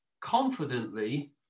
confidently